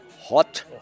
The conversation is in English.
hot